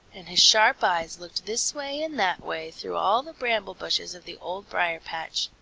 and his sharp eyes looked this way and that way through all the bramble-bushes of the old briar-patch.